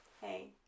Hey